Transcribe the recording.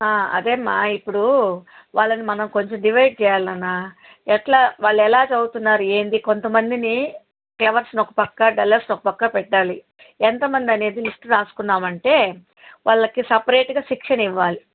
అదేమ్మా ఇప్పుడు వాళ్ళని మనం కొంచెం డివైడ్ చెయ్యాలి నాన్నా ఎట్లా వాళ్ళెలా చదువుతున్నారు ఏంది కొంతమందిని క్లెవర్స్ ఒకపక్క డల్లర్స్ ఒకపక్క పెట్టాలి ఎంతమంది అనేది లిస్ట్ రాసుకున్నాము అంటే వాళ్ళకి సెపరేట్గా శిక్షణ ఇవ్వాలి